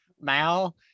Mal